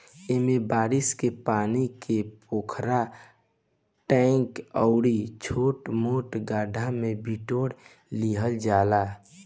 एमे बारिश के पानी के पोखरा, टैंक अउरी छोट मोट गढ्ढा में बिटोर लिहल जाला